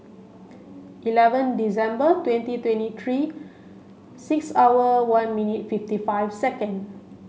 eleven December twenty twenty three six hour one minute fifty five second